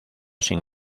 sin